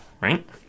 Right